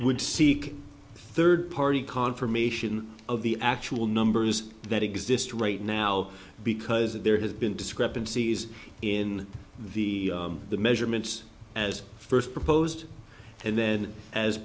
would seek third party confirmation of the actual numbers that exist right now because there has been discrepancies in the measurements as first proposed and then as